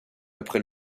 après